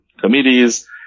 committees